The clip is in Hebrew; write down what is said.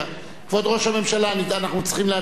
כבוד ראש הממשלה, אנחנו צריכים להצביע.